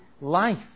life